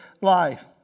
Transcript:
life